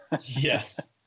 Yes